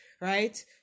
right